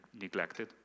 neglected